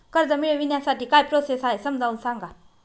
कर्ज मिळविण्यासाठी काय प्रोसेस आहे समजावून सांगा